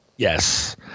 Yes